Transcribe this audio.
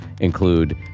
include